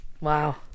Wow